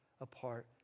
apart